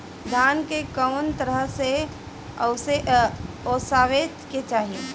धान के कउन तरह से ओसावे के चाही?